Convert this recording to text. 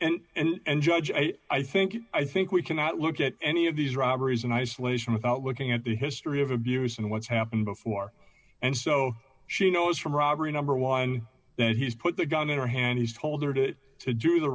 and and and judge and i think i think we cannot look at any of these robberies in isolation without looking at the history of abuse and what's happened before and so she knows from robbery number one and he's put the gun in her hand he's told it to do the